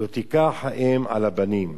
לא תִקח האם על הבנים,